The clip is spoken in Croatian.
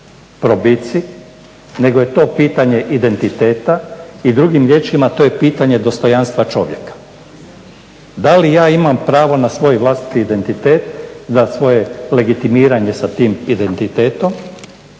probici nego je to pitanje identiteta i drugim riječima to je pitanje dostojanstva čovjeka. Da li ja imam pravo na svoj vlastiti identitet, na svoje legitimiranje sa tim identitetom